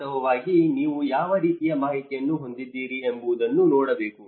ವಾಸ್ತವವಾಗಿ ನೀವು ಯಾವ ರೀತಿಯ ಮಾಹಿತಿಯನ್ನು ಹೊಂದಿದ್ದೀರಿ ಎಂಬುದನ್ನು ನೋಡಬೇಕು